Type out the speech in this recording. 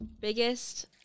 biggest